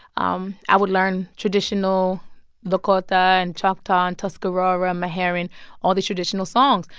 um i would learn traditional lakota and choctaw and tuscarora, meherrin all the traditional songs.